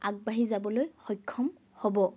আগবাঢ়ি যাবলৈ সক্ষম হ'ব